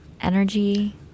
energy